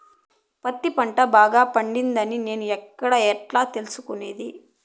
పత్తి పంట బాగా పండిందని నేను ఎక్కడ, ఎట్లా తెలుసుకునేది?